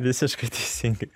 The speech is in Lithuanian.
visiškai teisingai